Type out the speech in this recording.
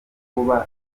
kuba